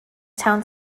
town